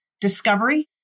discovery